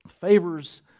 favors